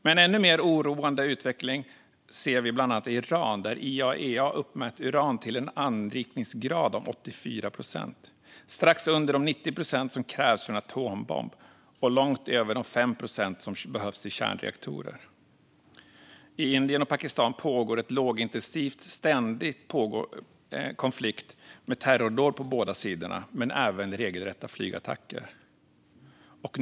En ännu mer oroande utveckling ser vi i bland annat Iran där IAEA har uppmätt uran till en anrikningsgrad om 84 procent. Det är strax under de 90 procent som krävs för en atombomb och långt över de 5 procent som behövs i kärnreaktorer. I Indien och Pakistan råder en lågintensiv ständigt pågående konflikt med terrordåd på båda sidor men även regelrätta flygattacker.